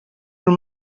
your